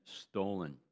stolen